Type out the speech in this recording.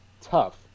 tough